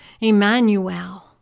Emmanuel